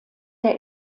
der